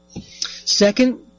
Second